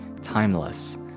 timeless